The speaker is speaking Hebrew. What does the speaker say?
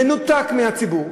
מנותק מהציבור,